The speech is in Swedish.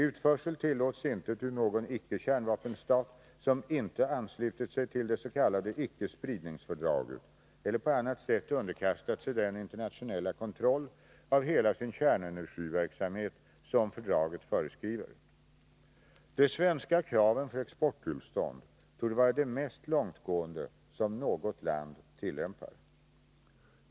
Utförsel tillåts inte till någon icke-kärnvapenstat som inte anslutit sig till det s.k. icke-spridningsfördraget eller på annat sätt underkastat sig den internationella kontroll av hela sin kärnenergiverksamhet som fördraget föreskriver. De svenska kraven för exporttillstånd torde vara de mest långtgående som något land tillämpar.